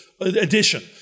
edition